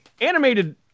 animated